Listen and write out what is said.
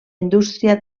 indústria